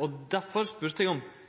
og derfor spurde eg – eg veit ikkje om